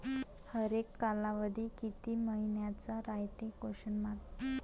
हरेक कालावधी किती मइन्याचा रायते?